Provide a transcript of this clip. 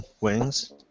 wings